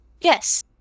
Yes